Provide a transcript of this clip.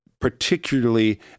particularly